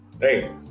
right